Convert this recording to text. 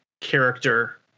character